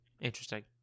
Interesting